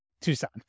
Tucson